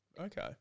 Okay